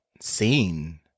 seen